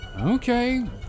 okay